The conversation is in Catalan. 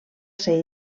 ser